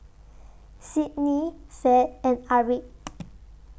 Sydni Fed and Aric